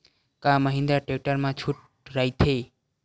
का महिंद्रा टेक्टर मा छुट राइथे?